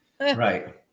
Right